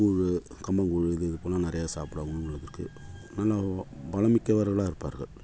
கூழ் கம்மங்கூழ் இது இதுப்போல நிறையா சாப்பிடுவாங்க உணவு இருக்குது ஆனால் பலம் மிக்கவர்களாக இருப்பார்கள்